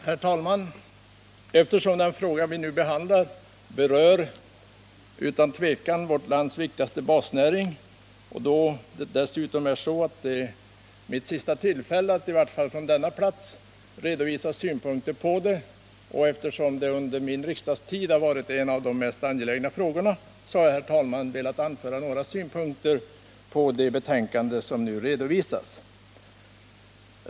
Herr talman! Eftersom den fråga vi nu behandlar utan tvivel berör vårt lands viktigaste basnäring och då det dessutom är så att detta är mitt sista tillfälle att, i varje fall från denna plats, redovisa mina synpunkter på den här frågan, som under min tid som riksdagsledamot har varit en av de för mig mest angelägna frågorna, så vill jag anföra några synpunkter på det betänkande som nu har framlagts.